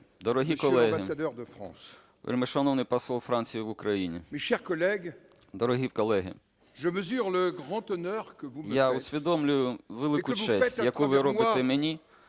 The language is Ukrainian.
Дорогі колеги! Вельмишановний Посол Франції в Україні! Дорогі колеги, я усвідомлюю велику честь, яку ви робите мені,